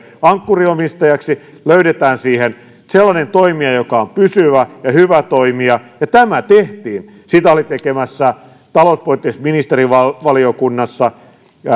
ankkuriomistajaksi löydetään siihen sellainen toimija joka on pysyvä ja hyvä toimija ja tämä tehtiin sitä olivat tekemässä talouspoliittisessa ministerivaliokunnassa